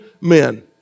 men